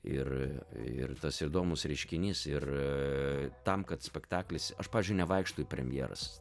ir ir tas įdomus reiškinys ir tam kad spektaklis aš pavyzdžiui nevaikštau į premjeras